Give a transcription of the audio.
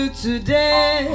today